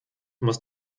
muss